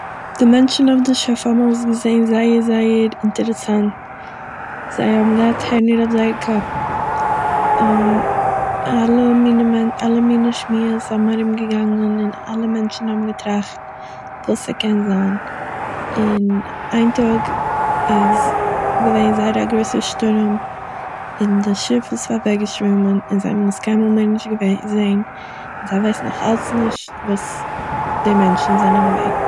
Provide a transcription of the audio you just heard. די מענטשן אויף די שיף האבן אויסגעזעהן זייער זייער אינטערעסאנט, זיי האבן געהאט הערנער אויף זייער קאפ, אלע מיני מענ- אלע מיני שמועות האבן ארומגעגאנגען, און אלע מענטשן האבן געטראכט וואס ס'קען זיין, און איין טאג איז געווען זייער א גרויסע שטורעם און די שיף איז אוועקגעשווימען און זיי האבן עס קיינמאל מער נישט געווען- זעהן. זיי ווייסן נאך אלץ נישט וואס די מענטשן זענען געווען